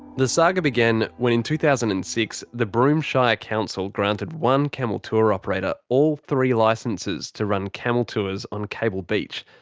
the saga began when in two thousand and six, the broome shire council granted one camel tour operator all three licences to run camel tours on cable beach.